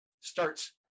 starts